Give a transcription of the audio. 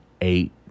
eight